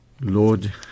Lord